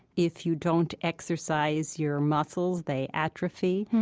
if you don't exercise your muscles, they atrophy.